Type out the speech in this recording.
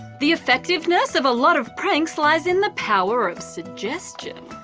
the effectiveness of a lot of pranks lies in the power of suggestion.